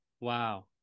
Wow